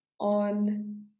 on